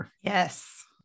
Yes